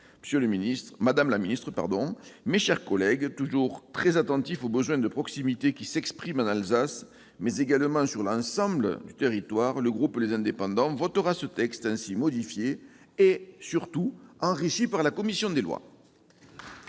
Madame la ministre, mes chers collègues, toujours très attentif au besoin de proximité qui s'exprime en Alsace, mais également sur l'ensemble du territoire, le groupe Les Indépendants votera ce texte ainsi modifié et surtout enrichi par la commission des lois.